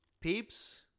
Peeps